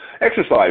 exercise